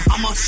I'ma